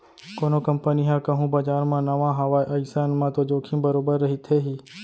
कोनो कंपनी ह कहूँ बजार म नवा हावय अइसन म तो जोखिम बरोबर रहिथे ही